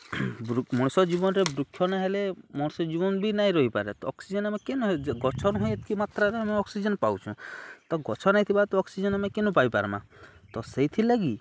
ମଣିଷ ଜୀବନରେ ବୃକ୍ଷ ନାଇ ହେଲେ ମଣିଷ୍ୟ ଜୀବନ ବି ନାଇଁ ରହିପାରେ ତ ଅକ୍ସିଜେନ୍ ଆମେ କେନ୍ଠୁ ଗଛ ନୁେଁ ଏତିକି ମାତ୍ରାରେ ଆମେ ଅକ୍ସିଜେନ୍ ପାଉଛୁଁ ତ ଗଛ ନାଇ ଥିବା ତ ଅକ୍ସିଜେନ୍ ଆମେ କେନୁ ପାଇପାର୍ମା ତ ସେଇଥିଲାଗି